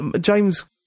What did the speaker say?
James